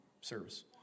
service